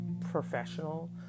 professional